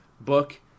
book